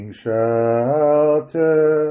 shelter